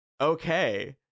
okay